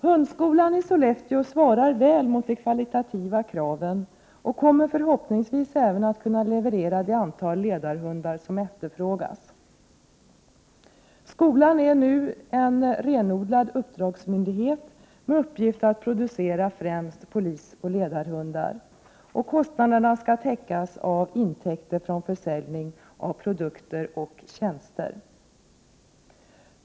Hundskolan i Sollefteå svarar väl mot de kvalitetskraven och kommer förhoppningsvis även att kunna leverera det antal ledarhundar som efterfrågas. Skolan är nu en renodlad uppdragsmyndighet med uppgift att producera främst polisoch ledarhundar. Kostnaderna skall täckas av intäkter från försäljning av produkter och tjänster.